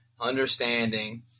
understanding